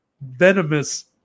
venomous